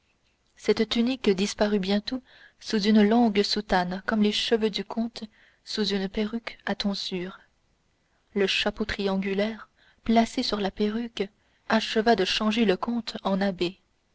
cette tunique disparut bientôt sous une longue soutane comme les cheveux du comte sous une perruque à tonsure le chapeau triangulaire placé sur la perruque acheva de changer le comte en